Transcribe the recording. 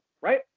right